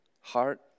heart